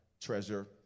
treasure